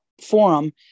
forum